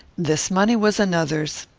this money was another's.